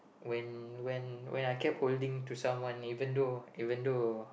when when when I can holding even though even though